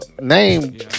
Name